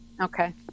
Okay